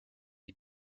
die